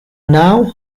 now